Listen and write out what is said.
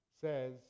says